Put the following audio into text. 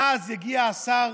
ואז יגיע השר